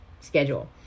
schedule